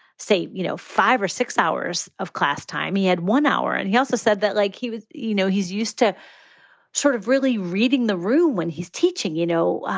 say, you know, five or six hours of class time, he had one hour. and he also said that like he was you know, he's used to sort of really reading the room when he's teaching, you know,